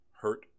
hurt